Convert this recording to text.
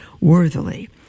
worthily